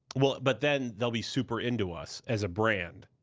well, but then they'll be super into us, as a brand.